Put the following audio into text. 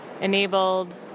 enabled